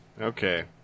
Okay